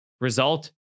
Result